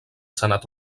senat